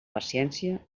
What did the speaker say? paciència